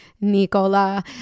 Nicola